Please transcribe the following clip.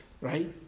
right